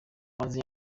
abahanzi